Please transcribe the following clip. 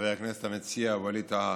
חבר הכנסת המציע ווליד טאהא,